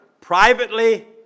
privately